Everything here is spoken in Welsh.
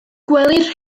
gwelir